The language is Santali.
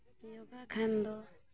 ᱡᱳᱜᱟ ᱠᱷᱟᱱ ᱫᱚ